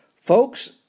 folks